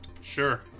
Sure